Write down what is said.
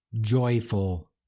joyful